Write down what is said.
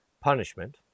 Punishment